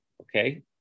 okay